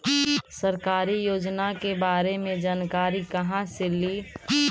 सरकारी योजना के बारे मे जानकारी कहा से ली?